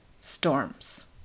storms